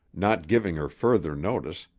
not giving her further notice,